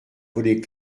volets